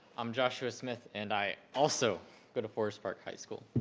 i'm joshua smith and i also go to forest park high school.